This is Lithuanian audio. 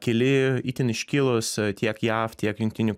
kili itin iškilus tiek jav tiek jungtinių